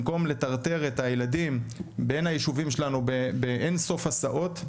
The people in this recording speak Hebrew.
במקום לטרטר את הילדים בין הישובים שלנו באינסוף הסעות,